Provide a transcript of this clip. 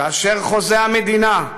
כאשר חוזה המדינה,